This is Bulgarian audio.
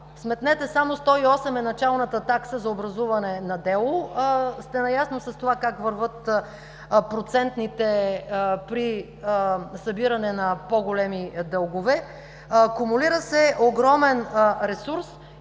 сметнете само: 108 лв. е началната такса за образуване на дело и сте наясно как вървят процентите при събиране на по-големи дългове – кумулира се огромен ресурс,